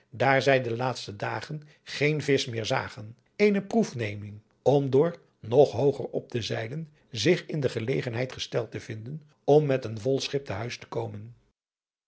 daar zij de laatste dagen geen visch meer zagen eene proef nemen om door nog hooadriaan loosjes pzn het leven van johannes wouter blommesteyn ger op te zeilen zich in de gelegenheid gesteld te vinden om met een vol schip te huis te komen